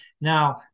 Now